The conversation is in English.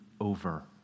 over